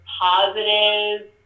positive